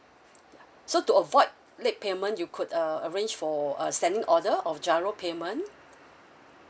so to avoid late payment you could uh arrange for a standing order of GIRO payment